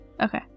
okay